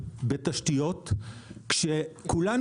היא שיש תלות בתשתיות,